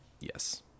Yes